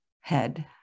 Head